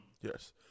Yes